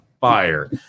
fire